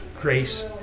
grace